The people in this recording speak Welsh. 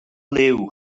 liw